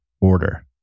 order